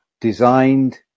designed